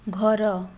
ଘର